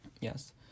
Yes